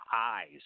eyes